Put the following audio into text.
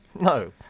No